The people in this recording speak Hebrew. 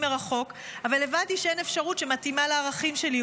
מרחוק אבל הבנתי שאין אפשרות שמתאימה לערכים שלי,